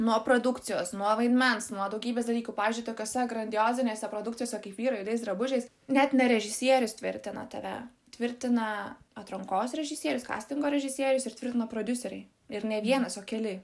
nuo produkcijos nuo vaidmens nuo daugybės dalykų pavyzdžiui tokiose grandiozinėse produkcijose kaip vyrai juodais drabužiais net ne režisierius tvirtina tave tvirtina atrankos režisierius kastingo režisierius ir tvirtina prodiuseriai ir ne vienas o keli